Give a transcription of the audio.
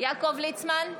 יעקב ליצמן,